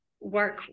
work